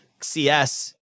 CS